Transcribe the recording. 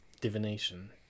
divination